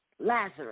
Lazarus